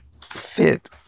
fit